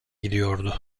gidiyordu